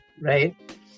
right